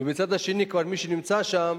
ומהצד השני, לגבי מי שכבר נמצא שם,